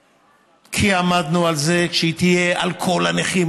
כי עמדנו על זה שהיא תהיה על כל הנכים,